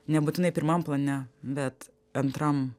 nebūtinai pirmam plane bet antram